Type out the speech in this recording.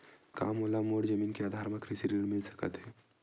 का मोला मोर जमीन के आधार म कृषि ऋण मिल सकत हे?